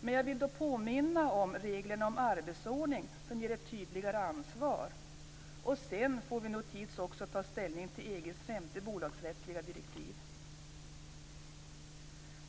Jag vill då påminna om reglerna om arbetsordning, som ger ett tydligare ansvar. Sedan får vi tids nog också ta ställning till EG:s femte bolagsrättsliga direktiv.